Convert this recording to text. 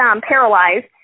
paralyzed